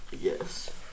Yes